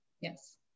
Yes